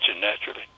naturally